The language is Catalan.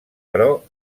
però